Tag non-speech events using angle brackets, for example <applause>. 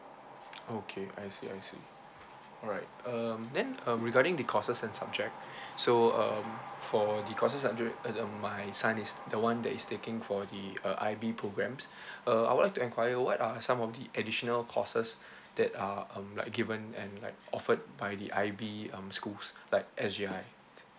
okay I see I see alright um then um regarding the courses and subject <breath> so um for the courses subje~ uh the my son is the [one] that is taking for the uh I_B programs <breath> uh I would like to enquire what are some of the additional courses that uh um like given and like offered by the I_B um schools like S_G_I